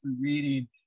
reading